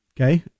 okay